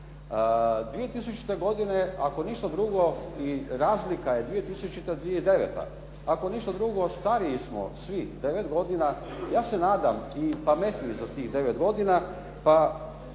2000. godine, ako ništa drugo i razlika je 2000. – 2009. ako ništa drugo stariji smo svi 9 godina. Ja se nadam i pametniji za tih 9 godina, pa